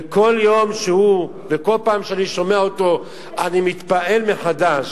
וכל פעם שאני שומע אותו אני מתפעל מחדש.